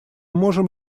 можем